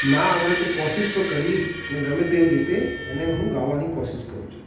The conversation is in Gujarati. ના આવડે તો કોશિશ પણ કરી અને ગમે તેમ રીતે એને હું ગાવાની કોશિશ કરું છું